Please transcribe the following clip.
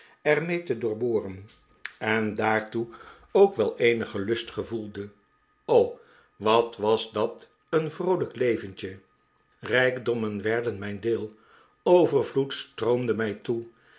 mee te doorboren en daartoe ook wel eenige lust gevoelde oh wat was dat een vroolijk leventje rijkdommen werden mijn deel overvloed stroomde mij toe